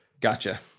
gotcha